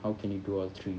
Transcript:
how can you do all three